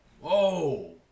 Whoa